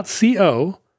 .co